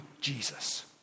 Jesus